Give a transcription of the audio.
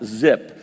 zip